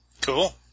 Cool